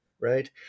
right